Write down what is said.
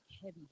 heavy